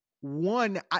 one